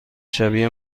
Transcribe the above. شبیه